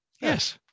Yes